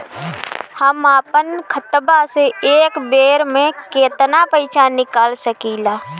हम आपन खतवा से एक बेर मे केतना पईसा निकाल सकिला?